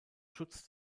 schutz